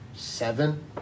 Seven